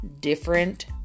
different